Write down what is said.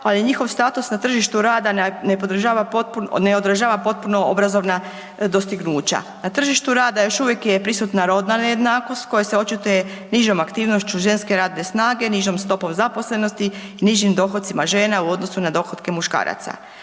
ali je njihov status na tržištu rada ne odražava potpuno obrazovna dostignuća. Na tržištu rada još uvijek je prisutna rodna nejednakost koja se očituje nižom aktivnošću ženske radne snage, nižom stopom zaposlenosti i nižim dohocima žena u odnosu na dohotke muškaraca.